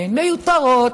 הן מיותרות.